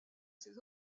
ses